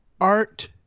Art